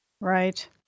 Right